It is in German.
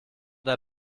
der